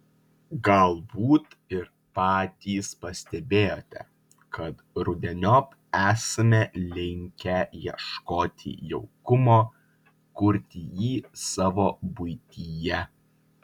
galbūt ir patys pastebėjote kad rudeniop esame linkę ieškoti jaukumo kurti jį savo buityje